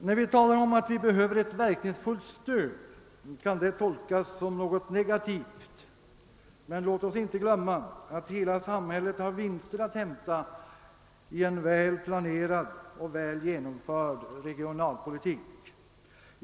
När vi talar om att vi behöver ett verkningsfullt stöd kan det tolkas som något negativt, men man skall inte glömma bort att hela samhället har vinster att hämta genom en väl planerad och väl genomförd regionalpolitik.